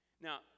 Now